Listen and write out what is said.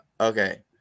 Okay